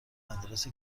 مدارس